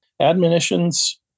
Admonitions